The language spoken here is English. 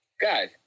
guys